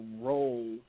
role